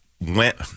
went –